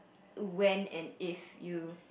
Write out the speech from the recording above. when and if you